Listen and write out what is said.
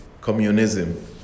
communism